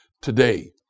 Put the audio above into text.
Today